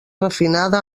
refinada